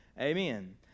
Amen